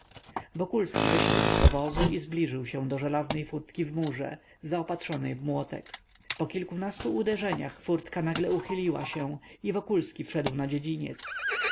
wokulski wysiadł z powozu i zbliżył się do żelaznej furtki w murze zaopatrzonej w młotek po kilkunastu uderzeniach furtka nagle uchyliła się i wokulski wszedł na dziedziniec